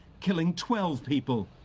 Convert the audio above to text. killing twelve people.